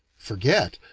forget?